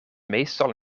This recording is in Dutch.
meestal